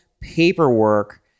paperwork